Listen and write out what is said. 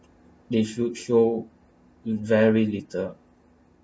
they should show very little